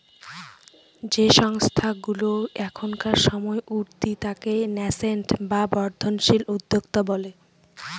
যে সংস্থাগুলা এখনকার সময় উঠতি তাকে ন্যাসেন্ট বা বর্ধনশীল উদ্যোক্তা বলে